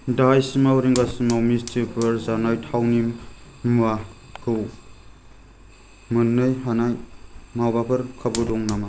दाहायसिमाव रिंगासिमाव मिस्टिफोर जानाय थावनि मुवाखौ मोन्नो हानाय माबाफोर खाबु दङ नामा